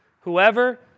Whoever